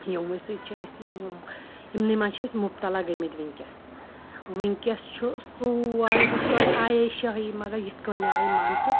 یِموٕے سۭتۍ چھِ أسۍ یِمنٕے مَنٛز چھِ أسۍ مُبتَلا گٔمٕتۍ وِنکیٚس وِنکیٚس چھُ سورٕے ہُتھ کٔنۍ آیے شٲہی مَگَر یِتھ کٔنۍ آیہِ مان ژٕ